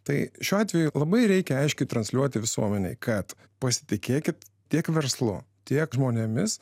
tai šiuo atveju labai reikia aiškiai transliuoti visuomenei kad pasitikėkit tiek verslu tiek žmonėmis